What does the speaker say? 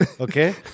Okay